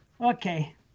Okay